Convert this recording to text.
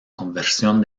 conversión